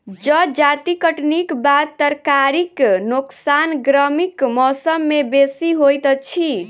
जजाति कटनीक बाद तरकारीक नोकसान गर्मीक मौसम मे बेसी होइत अछि